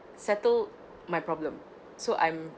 settled my problem so I'm